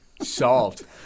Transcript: Solved